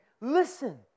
listen